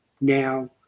Now